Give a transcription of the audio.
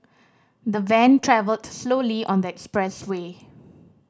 the van travelled slowly on the expressway